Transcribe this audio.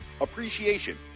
Appreciation